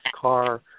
car